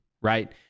right